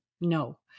No